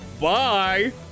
Bye